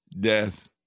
death